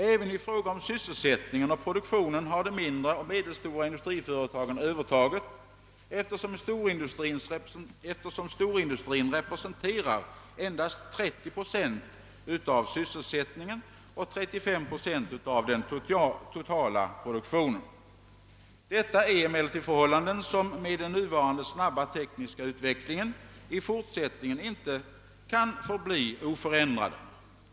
Även i fråga om sysselsättningen och produktionen har de mindre och medelstora industriföretagen övertaget, eftersom storindustrin representerar endast 30 procent av sysselsättningen och 35 procent av den totala produktionen. Detta är emellertid förhållanden, som med den nuvarande snabba tekniska utvecklingen i fortsättningen inte kan förbli oförändrade.